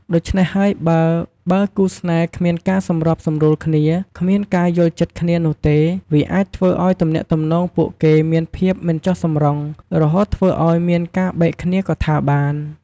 ដូច្នេះហើយបើ បើគូរស្នេហ៍គ្មានការសម្របសម្រួលគ្នា គ្មានការយល់ចិត្តគ្នានោះទេ វាអាចធ្វើឲ្យទំនាក់ទំនងពួកគេ មានភាពមិនចុះសម្រុង រហូតធ្វើឲ្យមានការបែកគ្នាក៏ថាបាន។